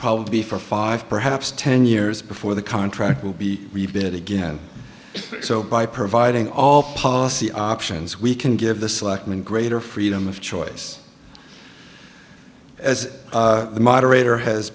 probably be for five perhaps ten years before the contract will be rebid again so by providing all policy options we can give the selectmen greater freedom of choice as the moderator has